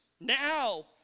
now